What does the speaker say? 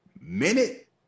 minute